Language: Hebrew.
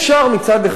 מצד אחד,